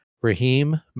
Raheem